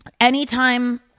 anytime